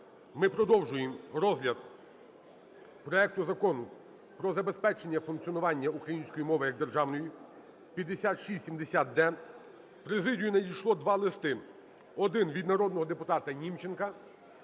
ми продовжуємо розгляд проекту Закону про забезпечення функціонування української мови як державної (5670-д). В президію надійшло два листи: один від народного депутата Німченка